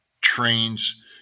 trains